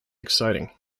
exciting